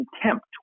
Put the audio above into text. contempt